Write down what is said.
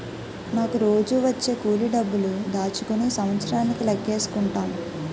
నాకు రోజూ వచ్చే కూలి డబ్బులు దాచుకుని సంవత్సరానికి లెక్కేసుకుంటాం